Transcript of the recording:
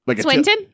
Swinton